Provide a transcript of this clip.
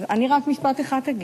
אני אגיד רק משפט אחד.